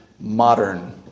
modern